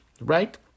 Right